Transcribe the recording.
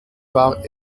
war